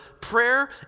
prayer